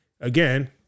again